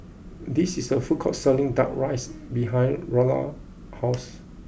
there is a food court selling Duck Rice behind Lara's house